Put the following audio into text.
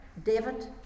David